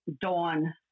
Dawn